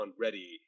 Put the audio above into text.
ready